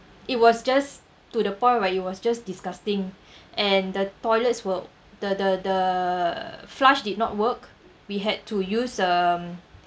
it was just to the point where it was just disgusting and the toilets will the the the flush did not work we had to use um